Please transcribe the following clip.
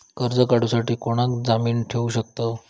कर्ज काढूसाठी कोणाक जामीन ठेवू शकतव?